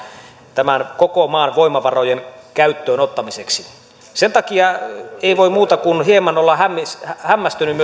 tämän koko maan voimavarojen käyttöönottamiseksi sen takia ei voi muuta kuin hieman olla hämmästynyt